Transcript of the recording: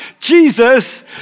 Jesus